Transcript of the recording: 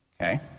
Okay